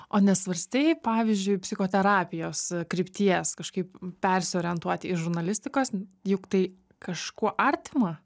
o nesvarstei pavyzdžiui psichoterapijos krypties kažkaip persiorientuoti iš žurnalistikos juk tai kažkuo artima